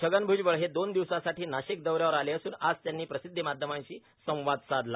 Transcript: छगन भूजबळ हे दोन दिवसांसाठी नाशिक दौ यावर आले असुन आज त्यांनी प्रसिदधीमाध्यमांशी संवाद साधला